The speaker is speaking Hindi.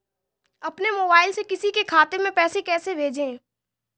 अपने मोबाइल से किसी के खाते में पैसे कैसे भेजें?